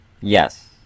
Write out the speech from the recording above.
Yes